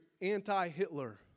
anti-Hitler